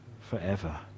forever